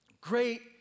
Great